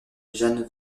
jan